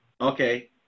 Okay